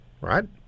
right